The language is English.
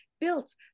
built